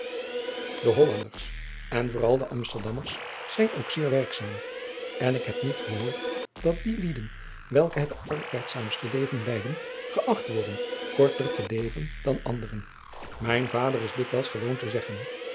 de hollanders en vooral de amsterdammers zijn ook zeer werkzaam en ik heb niet gehoord dat die lieden welke het arbeidzaamste leven leiden geacht worden korter te leven dan anderen mijn vader is dikwijls gewoon te zeggen